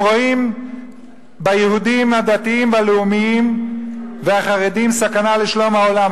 הם רואים ביהודים הדתיים והלאומיים והחרדים סכנה לשלום העולם,